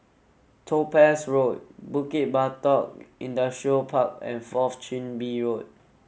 Topaz Road Bukit Batok Industrial Park and Fourth Chin Bee Road